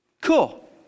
cool